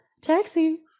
taxi